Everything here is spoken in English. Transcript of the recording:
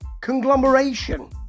conglomeration